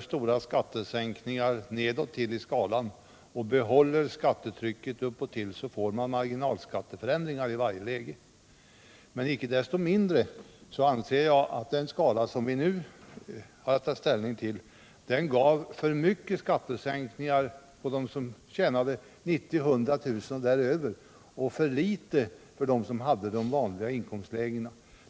stora skattesänkningar görs nedåt i skatteskalan och skattetrycket behålls uppåt får marginalskatteförändringar i varje inkomstläge. Icke desto mindre anser jag att den skatteskala vi nu har att ta ställning till hade givit för stora skattesänkningar åt dem som tjänar 90 000 kr. till 100 000 kr. och för litet åt människor i de s.k. vanliga inkomstlägena.